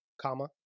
Comma